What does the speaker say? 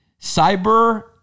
Cyber